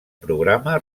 programa